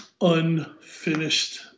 unfinished